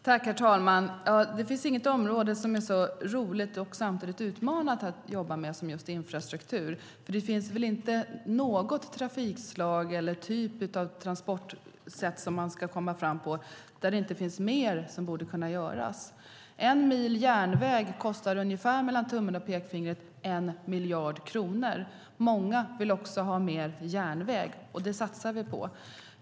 Herr talman! Det finns inget område som är så roligt och samtidigt så utmanande att jobba med som just infrastruktur. Det finns nog inte något trafikslag eller någon typ av transportsätt där det inte finns mer som borde kunna göras. En mil järnväg kostar ungefär, mellan tummen och pekfingret, 1 miljard kronor. Många vill också ha mer järnväg, och det satsar vi på.